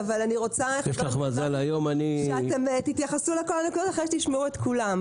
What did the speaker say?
אבל אני רוצה שתתייחסו לכל הנקודות אחרי שתשמעו את כולם.